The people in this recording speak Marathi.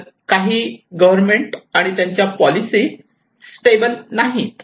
तर काही गव्हर्नमेंट त्यांच्या पॉलिसी स्टेबल नाहीत